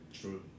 True